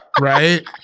Right